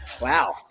Wow